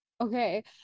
Okay